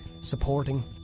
supporting